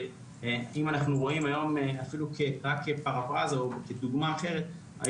אם אנחנו רואים היום אפילו כפרפראזה או כדוגמה אחרת,